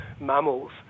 mammals